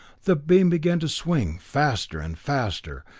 the beam began to swing, faster and faster,